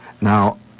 Now